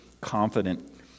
confident